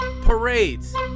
parades